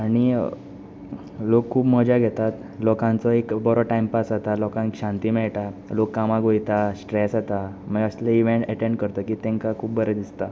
आनी लोग खूब मजा घेतात लोकांचो एक बरो टायम पास जाता लोकांग शांती मेळटा लोक कामाग वयता स्ट्रॅस जाता मागीर असले इवॅण एटॅण करतगी तांकां खूब बरें दिसता